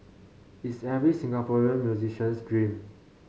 it's every Singaporean musician's dream